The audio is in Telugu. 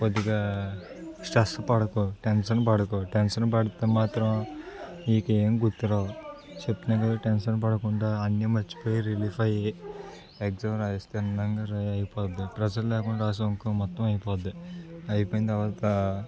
కొద్దిగా స్ట్రెస్ పడకు టెన్షన్ పడకు టెన్షన్ పడితే మాత్రం నీకు ఏమి గుర్తురావు చెప్తున్నా కదా టెన్షన్ పడకుండా అన్ని మర్చిపోయి రిలీఫ్ అయ్యి ఎగ్జామ్ రాస్తే అందంగా రాయి అయిపోద్ది ప్రెజర్ లేకుండా రాశావనుకో మొత్తం అయిపోద్ది అయిపోయిన తర్వాత